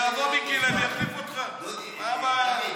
זו הבעיה.